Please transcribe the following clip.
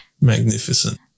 Magnificent